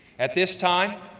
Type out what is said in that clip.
at this time,